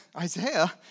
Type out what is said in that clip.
Isaiah